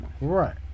right